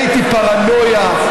ראיתי פרנויה,